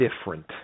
different